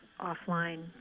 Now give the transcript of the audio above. offline